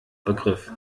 begriff